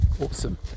Awesome